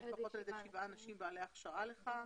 לפחות על ידי שבעה אנשים בעלי הכשרה לכך.